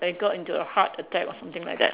I got into a heart attack or something like that